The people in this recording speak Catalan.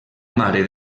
mare